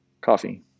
Coffee